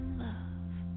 love